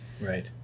Right